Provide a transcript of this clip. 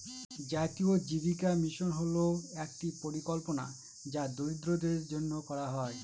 জাতীয় জীবিকা মিশন হল একটি পরিকল্পনা যা দরিদ্রদের জন্য করা হয়